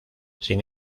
sin